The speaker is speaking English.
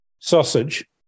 sausage